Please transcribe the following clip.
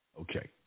Okay